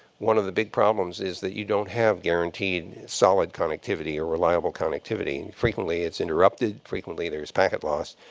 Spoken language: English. one of the big problems is that you don't have guaranteed solid connectivity or reliable connectivity. frequently, it's interrupted. frequently, there's packet loss.